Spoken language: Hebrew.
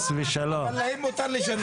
אבל להם מותר לשנות.